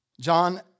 John